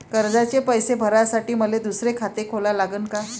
कर्जाचे पैसे भरासाठी मले दुसरे खाते खोला लागन का?